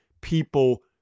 people